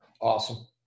Awesome